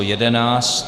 11.